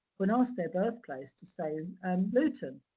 when asked their birth place, to say um luton.